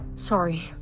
Sorry